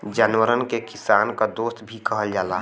जानवरन के किसान क दोस्त भी कहल जाला